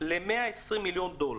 ל-120 מיליון דולר.